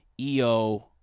EO